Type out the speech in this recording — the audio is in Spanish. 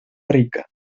rica